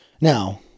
Now